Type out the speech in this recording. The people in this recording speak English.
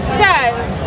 says